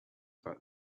about